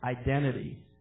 identity